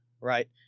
Right